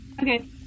Okay